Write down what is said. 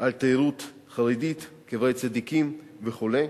על תיירות חרדית, קברי צדיקים וכו'.